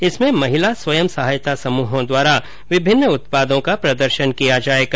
इसमें महिला स्वयं सहायता समूहों द्वारा विभिन्न उत्पादों का प्रदर्शन किया जाएगा